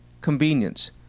convenience